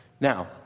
Now